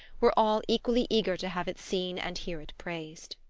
were all equally eager to have it seen and hear it praised.